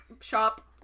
shop